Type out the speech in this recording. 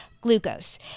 glucose